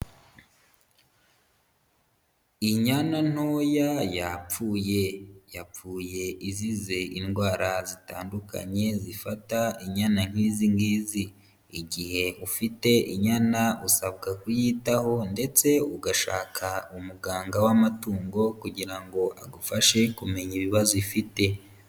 Inyana ntoya yapfuye, yapfuye izize indwara zitandukanye zifata inyana nk'izi ngizi, igihe ufite inyana usabwa kuyitaho ndetse ugashaka umuganga w'amatungo kugira ngo agufashe kumenya ibibazo ufite.